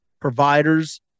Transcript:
providers